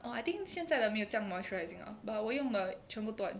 orh I think 现在的没有这样 moisturising lah but 我用的全部断